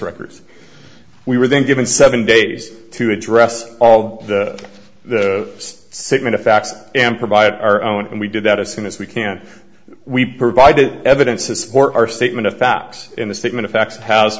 records we were then given seven days to address all the sigma facts and provide our own and we did that as soon as we can we provided evidence to support our statement of facts in the statement of facts has